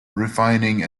refining